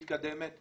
מתקדמת,